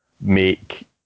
make